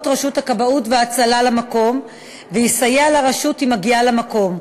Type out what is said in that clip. רשות הכבאות וההצלה למקום ויסייע לרשות עם הגיעה למקום.